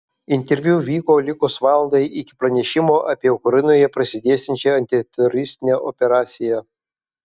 interviu vyko likus valandai iki pranešimo apie ukrainoje prasidėsiančią antiteroristinę operaciją